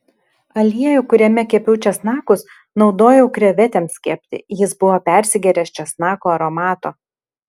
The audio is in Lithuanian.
aliejų kuriame kepiau česnakus naudojau krevetėms kepti jis buvo persigėręs česnako aromato